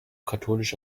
katholische